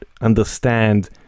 understand